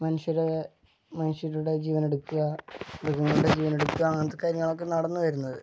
മനുഷ്യര് മനുഷ്യരുടെ ജീവനെടുക്കുക മൃഗങ്ങളുടെ ജീവനെടുക്കുക അങ്ങനത്തെ കാര്യങ്ങളൊക്കെ നടന്ന് വരുന്നത്